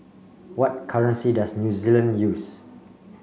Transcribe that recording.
what currency does New Zealand use